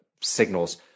signals